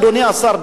אדוני השר,